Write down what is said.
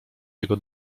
jego